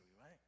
right